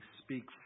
speak